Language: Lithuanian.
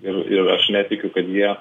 ir ir aš netikiu kad jie